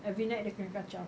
every night dia kena kacau